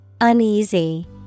Uneasy